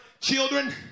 children